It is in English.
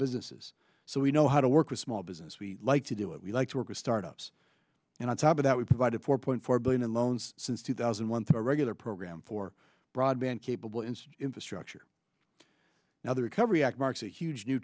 businesses so we know how to work with small business we like to do it we like to work with startups and on top of that we provided four point four billion in loans since two thousand and one to regular program for broadband capable in infrastructure now the recovery act marks a huge new